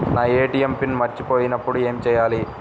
నా ATM PIN మర్చిపోయినప్పుడు ఏమి చేయాలి?